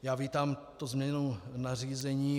Já vítám tu změnu nařízení.